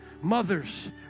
Mothers